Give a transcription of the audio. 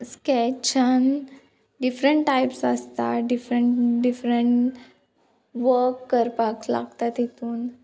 स्कॅचान different types आसता different different work करपाक लागता तितून